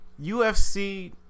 UFC